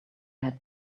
had